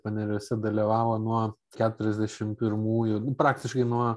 paneriuose dalyvavo nuo keturiasdešim pirmųjų praktiškai nuo